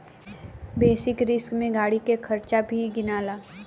basic risk में गाड़ी के खर्चा के भी गिनाला